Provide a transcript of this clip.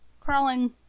crawling